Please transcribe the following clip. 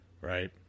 right